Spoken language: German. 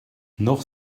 noch